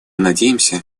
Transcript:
надеемся